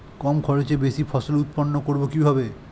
কম খরচে বেশি ফসল উৎপন্ন করব কিভাবে?